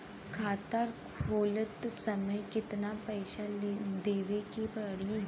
खाता खोलत समय कितना पैसा देवे के पड़ी?